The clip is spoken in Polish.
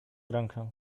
rękę